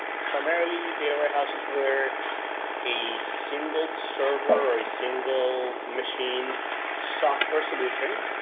primarily, data warehouses were a single server or a single machine software solution,